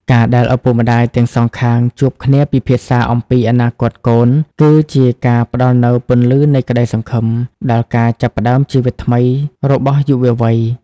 ការដែលឪពុកម្ដាយទាំងសងខាងជួបគ្នាពិភាក្សាអំពីអនាគតកូន គឺជាការផ្ដល់នូវ "ពន្លឺនៃក្ដីសង្ឃឹម" ដល់ការចាប់ផ្តើមជីវិតថ្មីរបស់យុវវ័យ។